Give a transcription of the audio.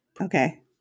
Okay